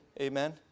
Amen